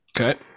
Okay